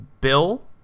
Bill